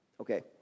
Okay